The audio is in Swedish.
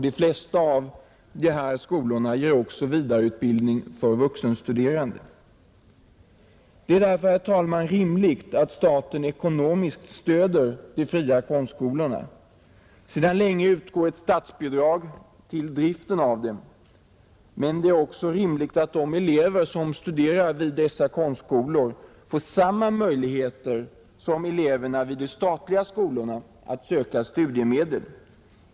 De flesta av dessa skolor ger även vidareutbildning för vuxenstuderande. Det är därför, herr talman, rimligt att staten ekonomiskt stöder de fria konstskolorna. Sedan länge utgår ett statsbidrag till driften av dem. Men det är också rimligt att de elever som studerar vid dessa konstskolor får samma möjlighet som elever vid de statliga skolorna att söka studiemedel.